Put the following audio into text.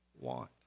want